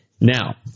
Now